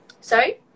Sorry